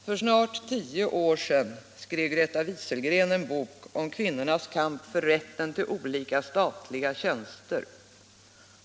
För snart tio år sedan skrev Greta Wieselgren en bok som handlade om kvinnans kamp för rätten till olika statliga tjänster.